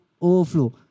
overflow